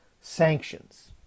sanctions